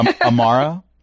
Amara